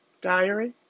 Diary